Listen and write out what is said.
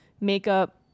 makeup